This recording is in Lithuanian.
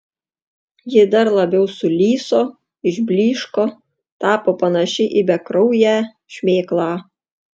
ji dar labiau sulyso išblyško tapo panaši į bekrauję šmėklą